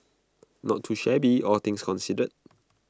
not too shabby all things considered